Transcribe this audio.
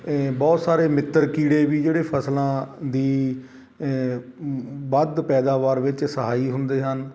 ਬਹੁਤ ਸਾਰੇ ਮਿੱਤਰ ਕੀੜੇ ਵੀ ਜਿਹੜੇ ਫਸਲਾਂ ਦੀ ਵੱਧ ਪੈਦਾਵਾਰ ਵਿੱਚ ਸਹਾਈ ਹੁੰਦੇ ਹਨ